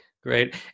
Great